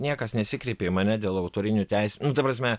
niekas nesikreipė į mane dėl autorinių teisių nu ta prasme